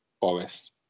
Boris